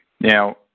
Now